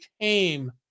came